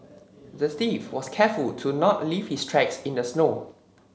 the thief was careful to not leave his tracks in the snow